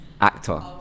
actor